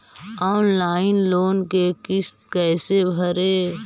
Online loan के किस्त कैसे भरे?